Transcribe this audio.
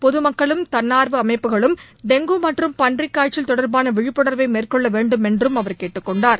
பொதுமக்களும் தன்னார்வ அமைப்புகளும் டெங்கு மற்றும் பன்றிக்காய்ச்சல் தொடர்பான விழிப்புணர்வை மேற்கொள்ள வேண்டும் என்றும் அவர் கேட்டுக் கொண்டார்